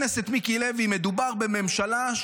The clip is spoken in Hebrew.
וואו, התפרסמה ידיעה, וציטטו את הידיעה.